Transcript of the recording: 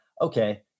okay